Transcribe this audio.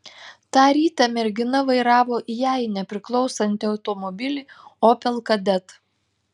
tą rytą mergina vairavo jai nepriklausantį automobilį opel kadett